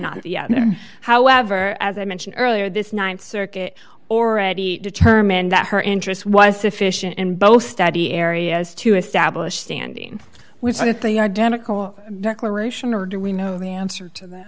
not however as i mentioned earlier this th circuit already determined that her interest was sufficient in both study areas to establish standing with the identical declaration or do we know the answer to